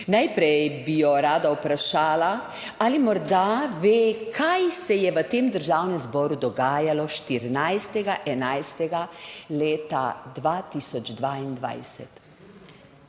Najprej bi jo rada vprašala ali morda ve, kaj se je v tem Državnem zboru dogajalo 14. 11. leta 2022?